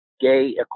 gay